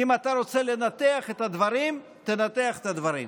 אם אתה רוצה לנתח את הדברים, תנתח את הדברים.